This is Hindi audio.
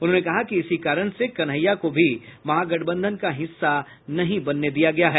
उन्होंने कहा कि इसी कारण से कन्हैया को भी महागठबंधन का हिस्सा नहीं बनने दिया गया है